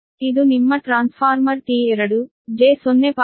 ಇದು ನಿಮ್ಮ transformer T2 j0